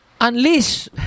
unleash